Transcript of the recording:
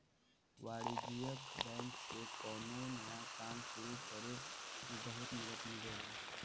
वाणिज्यिक बैंक से कौनो नया काम सुरु करे में बहुत मदद मिलेला